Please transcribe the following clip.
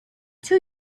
two